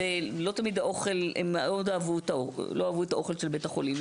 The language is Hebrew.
הם לא תמיד אהבו את האוכל של בית החולים,